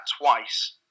twice